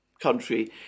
country